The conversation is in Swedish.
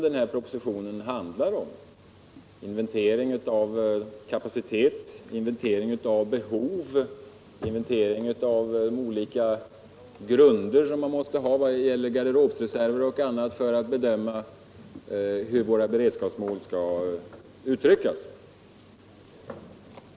Den här propositionen handlar ju om inventering av kapacitet, inventering av behov, inventering av de olika grunder man måste ha i vad gäller garderobsreserver och annat för att bedöma hur våra beredskapsmål skall uttryckas.